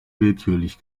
willkürlich